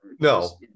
No